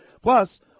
Plus